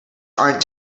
aren’t